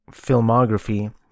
Filmography